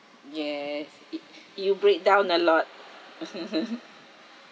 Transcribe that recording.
yes it if you break down a lot